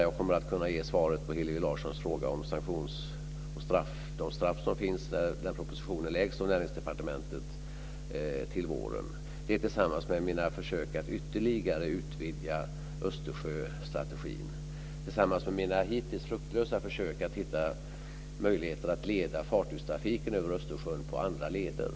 Jag kommer att kunna ge svar på Hillevi Larssons fråga om sanktioner och om de straff som finns när denna proposition läggs fram av Näringsdepartementet till våren. Till det kan läggas mina försök att ytterligare utvidga Östersjöstrategin tillsammans med mina hittills fruktlösa försök att hitta möjligheter att leda fartygstrafiken över Östersjön på andra leder.